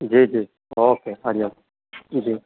जी जी ओके हा जी जी